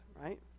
right